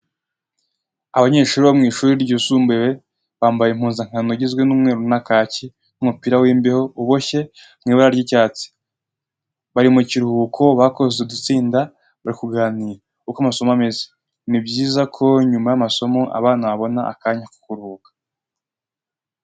Abanyeshuli bo mu ishuri ryisumbuye bambaye impuzankano igizwe n'umweru na kaki n'umupira w'imbeho uboshye mu ibara ry'icyatsi. Bari mu kiruhuko, bakoze udutsinda bari kuganira uko amasomo ameze. Ni byiza ko nyuma y'amasomo abana babona akanya ko kuruhuka.